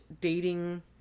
dating